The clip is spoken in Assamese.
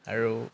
আৰু